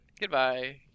Goodbye